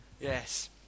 Yes